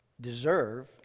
deserve